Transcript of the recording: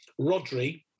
Rodri